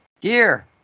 Dear